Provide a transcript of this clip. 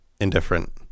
indifferent